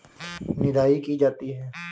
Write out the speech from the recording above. निदाई की जाती है?